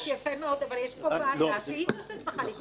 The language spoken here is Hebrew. אבל יש פה ועדה שהיא זו שצריכה לקבוע את החוק.